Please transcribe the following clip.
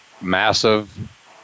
massive